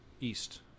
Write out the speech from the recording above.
East